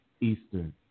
Eastern